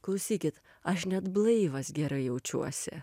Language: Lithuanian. klausykit aš net blaivas gerai jaučiuosi